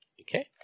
Okay